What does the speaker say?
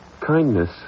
Kindness